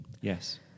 Yes